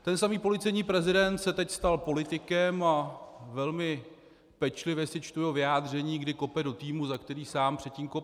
Ten samý policejní prezident se teď stal politikem a velmi pečlivě si čtu jeho vyjádření, kdy kope do týmu, za který sám předtím kopal.